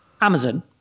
Amazon